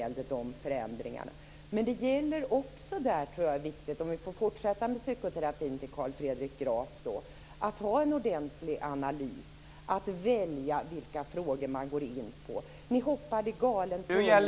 Om jag får fortsätta med psykoterapin till Carl Fredrik Graf vill jag säga att det också är viktigt att göra en ordentlig analys och välja vilka frågor man går in på. Ni hoppade i galen tunna.